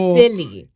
silly